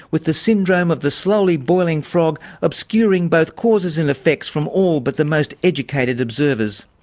with the syndrome of the slowly boiling frog obscuring both causes and effects from all but the most educated observers.